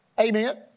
Amen